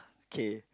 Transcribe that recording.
okay